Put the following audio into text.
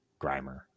Grimer